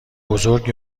بزرگ